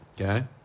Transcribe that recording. Okay